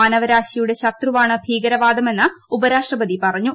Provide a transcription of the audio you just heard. മാനവരാശിയുടെ ശ്രത്യുവാണ് ഭീകരവാദമെന്ന് ഉപരാഷ്ട്രപതി പറഞ്ഞു